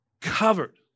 Covered